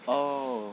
oh